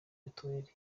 mitiweli